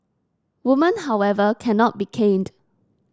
woman however cannot be caned